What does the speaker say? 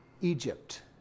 Egypt